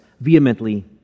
vehemently